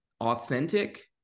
authentic